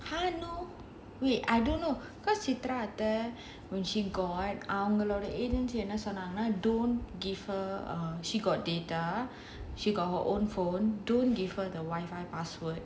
!huh! no wait I don't know when she got அவங்களோட:avangaloda agency என்ன சொன்னாங்கன்னா:enna sonnaanganaa don't give her she got data she got her own phone don't give her the Wi-Fi password